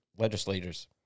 legislators